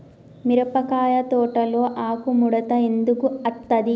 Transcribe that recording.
మిరపకాయ తోటలో ఆకు ముడత ఎందుకు అత్తది?